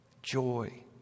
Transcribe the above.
Joy